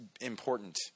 important